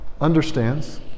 understands